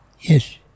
Yes